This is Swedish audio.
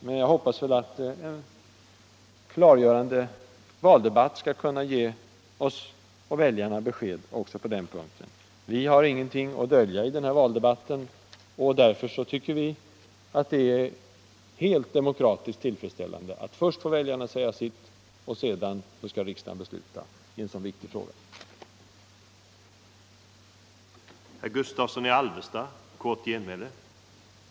Men jag hoppas att en klargörande valdebatt skall kunna ge oss och väljarna besked från socialdemokraterna. Vi har ingenting att dölja i den valdebatten, och därför tycker vi att det är demokratiskt tillfredsställande att väljarna först får säga sitt och att riksdagen sedan får besluta, när det gäller en så viktig fråga som denna.